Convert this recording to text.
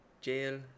jail